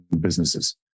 businesses